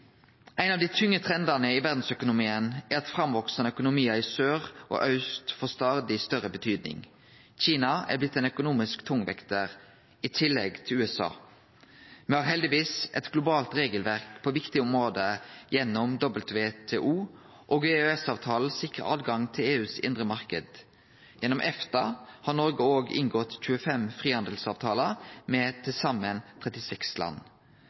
Ein av dei tunge trendane i verdsøkonomien er at framveksande økonomiar i sør og aust får stadig større betyding. Kina er blitt ein økonomisk tungvektar – i tillegg til USA. Me har heldigvis eit globalt regelverk på viktige område gjennom WTO, og EØS-avtalen sikrar tilgang til den indre marknaden i EU. Gjennom EFTA har Noreg òg inngått 25 frihandelsavtalar med til saman 36 land,